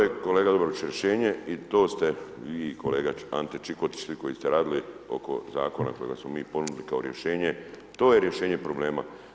E to je kolega Dobrović rješenje i to ste vi i kolega Ante Čikotić svi koji ste radili oko zakona kojega smo mi ponudili kao rješenje, to je rješenje problema.